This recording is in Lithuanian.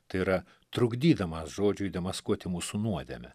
tai yra trukdydamas žodžiui demaskuoti mūsų nuodėmę